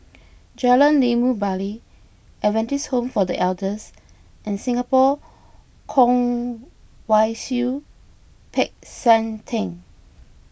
Jalan Limau Bali Adventist Home for the Elders and Singapore Kwong Wai Siew Peck San theng